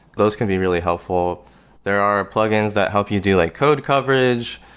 those can be really helpful there are plugins that help you do like code coverage.